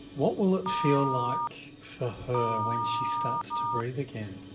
what will it feel like for her when she starts to breathe again?